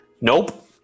Nope